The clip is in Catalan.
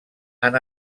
han